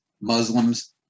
Muslims